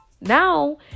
Now